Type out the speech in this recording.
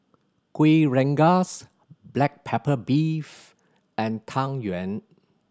Kuih Rengas black pepper beef and Tang Yuen